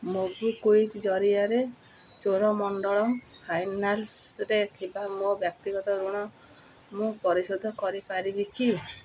MobiKwik ଜରିଆରେ ଚୋଳମଣ୍ଡଳମ୍ ଫାଇନାନ୍ସରେ ଥିବା ମୋ ବ୍ୟକ୍ତିଗତ ଋଣ ମୁଁ ପରିଶୋଧ କରିପାରିବି କି